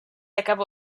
acabó